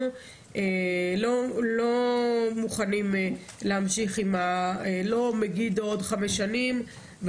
לא מוכנים להמשיך עם מגידו עוד חמש שנים.